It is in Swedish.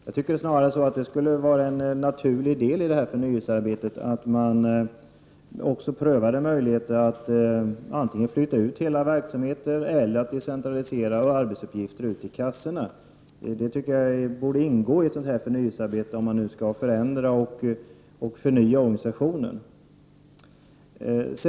Jag tycker snarare att det skulle vara en naturlig del i förnyelsearbetet att också pröva möjligheter att antingen flytta ut hela verksamheter eller decentralisera arbetsuppgifter till kassorna. Det borde ingå i ett sådant här förnyelsearbete, om organisationen nu skall förändras och förnyas.